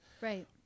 right